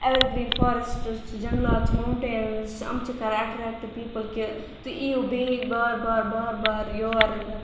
ever green forests چھِ جنگلات چھِ موٹین چھِ یِم چھِ کَران اَٹریکٹ پیپٕل کہ تُہۍ یِیو بیٚیہِ بار بار بار بار یور